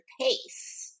pace